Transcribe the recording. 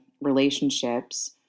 relationships